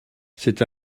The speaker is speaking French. c’est